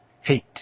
hate